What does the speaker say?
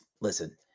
listen